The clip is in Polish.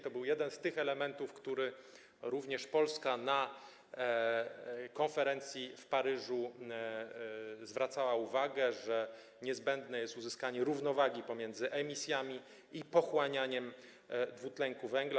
To był jeden z tych elementów, na który również Polska na konferencji w Paryżu zwracała uwagę, a mianowicie że niezbędne jest uzyskanie równowagi pomiędzy emisjami i pochłanianiem dwutlenku węgla.